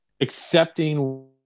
accepting